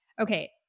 Okay